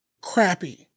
crappy